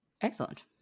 Excellent